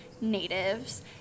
natives